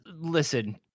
Listen